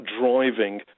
driving